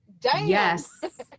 Yes